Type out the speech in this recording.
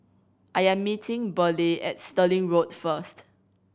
I am meeting Burleigh at Stirling Road first